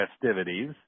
festivities